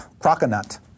Croconut